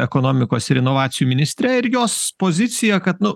ekonomikos ir inovacijų ministre ir jos pozicija kad nu